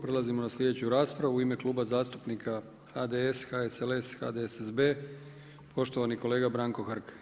Prelazimo na sljedeću raspravu, u ime Kluba zastupnika HDS, HSLS, HDSSB, poštovani kolega Branko Hrg.